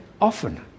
often